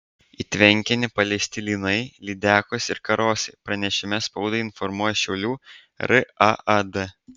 į tvenkinį paleisti lynai lydekos ir karosai pranešime spaudai informuoja šiaulių raad